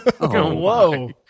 Whoa